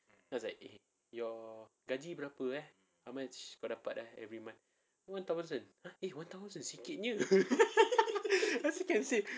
then I was like eh your gaji berapa ah how much kau dapat every month one thousand !huh! eh one thousand sikitnya